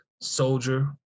Soldier